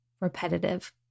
repetitive